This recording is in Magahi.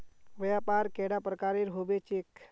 व्यापार कैडा प्रकारेर होबे चेक?